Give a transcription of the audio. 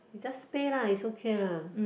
you just pay lah it's okay lah